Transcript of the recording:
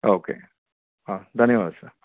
okay ಹಾಂ ಧನ್ಯವಾದ sir